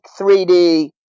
3D